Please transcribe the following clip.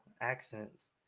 accents